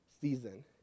season